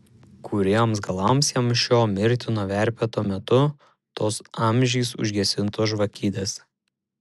kuriems galams jam šiuo mirtino verpeto metu tos amžiams užgesintos žvakidės